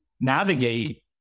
navigate